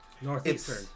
Northeastern